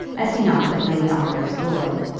as he knocked at lady ongar's door.